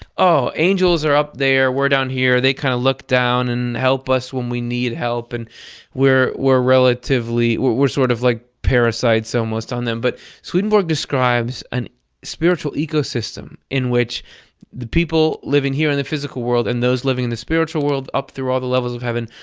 oh, angels are up there, we're down here. they kind of look down and help us when we need help and we're we're relatively. we're sort of like parasites almost on them. but swedenborg describes a and spiritual ecosystem in which the people living here in the physical world and those living in the spiritual world, up through all the levels of heaven,